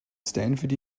stanford